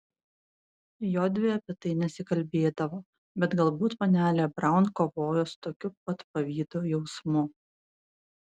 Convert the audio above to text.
jodvi apie tai nesikalbėdavo bet galbūt panelė braun kovojo su tokiu pat pavydo jausmu